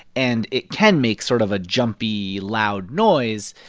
and it can make sort of a jumpy, loud noise.